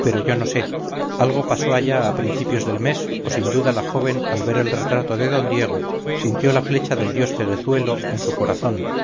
pero yo no sé algo pasó allá a principios del mes o sin duda la joven al ver el retrato de d diego sintió la flecha del dios ceguezuelo en su corazón